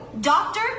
Doctor